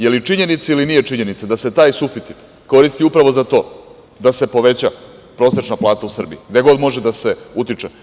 Da li je činjenica ili nije činjenica da se taj suficit koristi upravo za to da se poveća prosečna plata u Srbiji gde god može da se utiče?